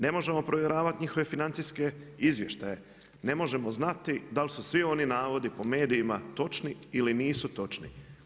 Ne možemo provjeravati njihove financijske izvještaje, ne možemo znati da li su svi oni navodi po medijima točni ili nisu točni.